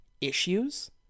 issues